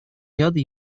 ряда